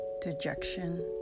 dejection